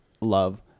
love